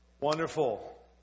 Wonderful